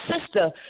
sister